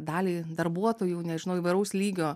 dalį darbuotojų nežinau įvairaus lygio